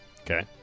Okay